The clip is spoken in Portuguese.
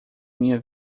minha